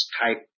type